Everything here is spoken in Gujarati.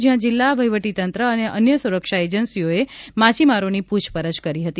જયાં જિલ્લા વહીવટીતંત્ર અને અન્ય સુરક્ષા એજન્સીઓએ માછીમારોની પૂછપરછ કરી હતી